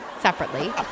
separately